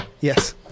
yes